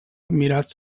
admirat